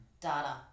Data